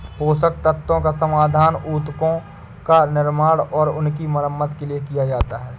पोषक तत्वों का समाधान उत्तकों का निर्माण और उनकी मरम्मत के लिए किया जाता है